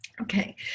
Okay